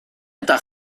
eta